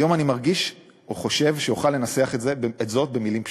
היום אני מרגיש או חושב שאוכל לנסח זאת במילים פשוטות: